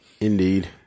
indeed